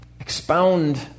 expound